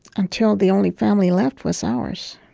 until the only family left was ours.